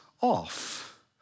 off